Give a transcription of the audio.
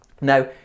Now